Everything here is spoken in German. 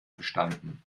bestanden